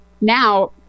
now